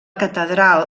catedral